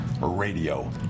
Radio